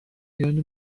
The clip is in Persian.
پیراهن